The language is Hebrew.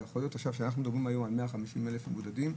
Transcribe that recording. אנחנו מדברים היום על 150 אלף מבודדים,